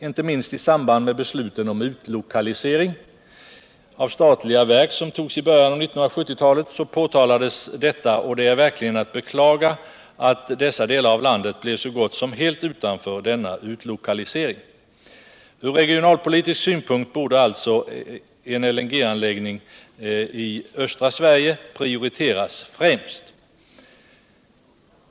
Inte minst i samband med besluten om utlokalisering av statliga verk, som fattades i början av 1970-talet, och det är verkligen att beklaga att dessa delar av landet kom att stå så gott som helt utanför denna utlökaulisering. Från regionalpolitisk synpunkt borde alltså en LNG-anläggning i svdöstra Sverige prioriteras.